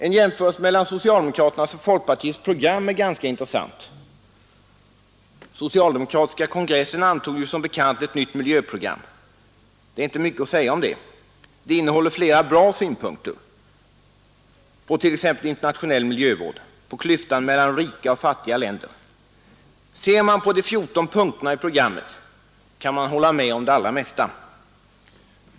En jämförelse mellan socialdemokraternas och folkpartiets program är ganska intressant. Socialdemokratiska kong n antog som bekant ett nytt miljöprogram. Det är inte mycket att säga om det. Det innehåller flera bra synpunkter på t.ex. internationell miljövård, på klyftan mellan rika och fattiga länder. Ser man på de 14 punkterna i programmet kan man hålla med om det allra mesta.